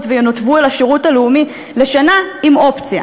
וינותבו לשירות לאומי לשנה עם אופציה.